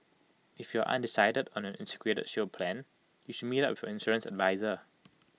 if you are undecided on an integrated shield plan you should meet up your insurance adviser